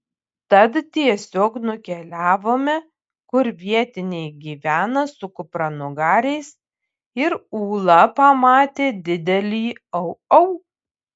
tad tiesiog nukeliavome kur vietiniai gyvena su kupranugariais ir ūla pamatė didelį au au